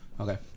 Okay